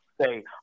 Say